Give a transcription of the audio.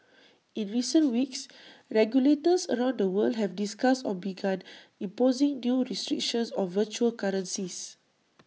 in recent weeks regulators around the world have discussed or begun imposing new restrictions on virtual currencies